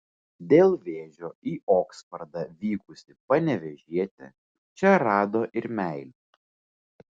dėl vėžio į oksfordą vykusi panevėžietė čia rado ir meilę